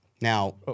now